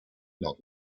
not